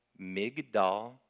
Migdal